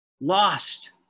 lost